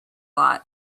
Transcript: lot